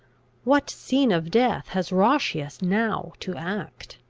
what scene of death has roscius now to act?